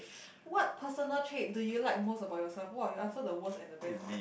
what personal trait do you like most about yourself !wah! you answer the worst and the best